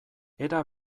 era